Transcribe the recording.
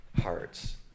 hearts